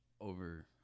over